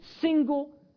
single